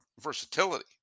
versatility